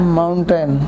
mountain